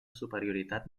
superioritat